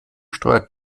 steuert